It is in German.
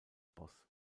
boss